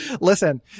listen